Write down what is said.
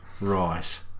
Right